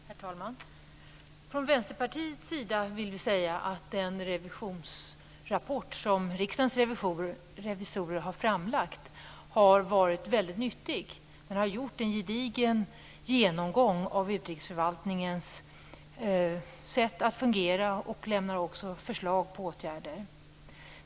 Herr talman! Från Vänsterpartiets sida vill vi säga att den revisionsrapport som Riksdagens revisorer har framlagt har varit väldigt nyttig. De har gjort en gedigen genomgång av utrikesförvaltningens sätt att fungera och lämnar också förslag på åtgärder.